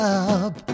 up